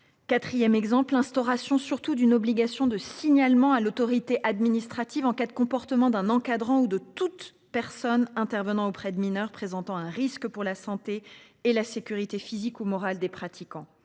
4ème exemple l'instauration surtout d'une obligation de signalement à l'autorité administrative en cas de comportement d'un encadrant ou de toute personne intervenant auprès de mineurs présentant un risque pour la santé et la sécurité physique ou morale des pratiquants.